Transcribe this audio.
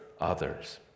others